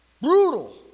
brutal